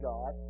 God